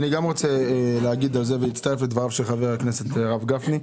אני רוצה להתייחס ולהצטרף לדבריו של חבר הכנסת הרב גפני.